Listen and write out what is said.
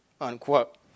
Unquote